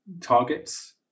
targets